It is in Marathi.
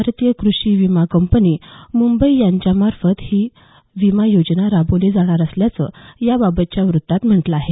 भारतीय कृषी विमा कंपनी मुंबई यांच्यामार्फत ही विमा योजना राबविली जाणार असल्याचं याबाबतच्या व्रत्तात म्हटलं आहे